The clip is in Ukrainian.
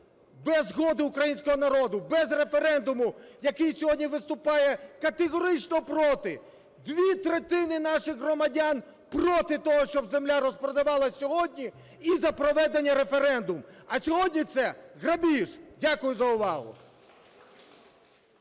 без згоди українського народу, без референдуму, який сьогодні виступає категорично проти. Дві третини наших громадян проти того, щоб земля розпродавалась сьогодні, і за проведення референдуму. А сьогодні це грабіж! Дякую за увагу.